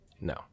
No